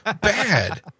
bad